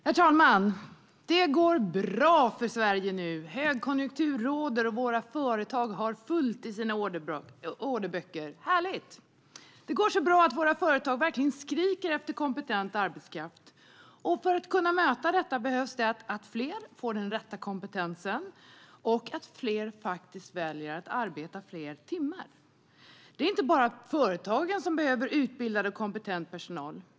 Herr talman! Det går bra för Sverige! Högkonjunktur råder, och våra företag har fullt i sina orderböcker - härligt! Det går så bra att företagen skriker efter kompetent arbetskraft. För att kunna möta detta behövs det att fler får den rätta kompetensen och att fler faktiskt väljer att arbeta fler timmar. Det är inte bara företagen som behöver utbildad och kompetent personal.